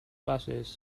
buses